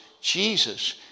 Jesus